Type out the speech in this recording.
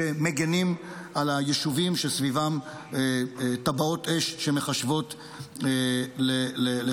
שמגינים על היישובים שסביבם טבעות אש שמחשבות לחונקם,